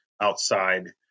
outside